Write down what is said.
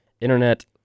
Internet